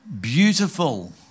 beautiful